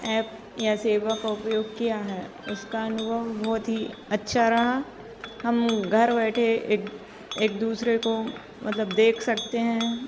app या सेवा का उपयोग किया है उसका अनुभव बहुत ही अच्छा रहा हम घर बैठे एक एक दूसरे को मतलब देख सकते हैं